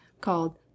called